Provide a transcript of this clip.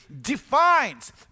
defines